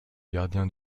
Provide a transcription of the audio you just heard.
gardien